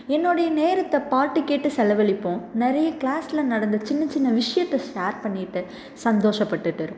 என்னுடைய நேரத்தை பாட்டு கேட்டு செலவழிப்போம் நிறைய கிளாஸ்ல நடந்த சின்ன சின்ன விஷயத்த ஷேர் பண்ணிகிட்டு சந்தோஷப்பட்டுகிட்டு இருப்போம்